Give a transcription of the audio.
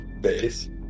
Base